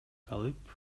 калып